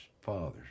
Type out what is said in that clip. father's